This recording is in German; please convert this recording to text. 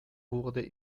wurde